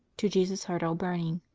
to jesus' heart, all burning